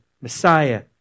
Messiah